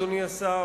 אדוני השר,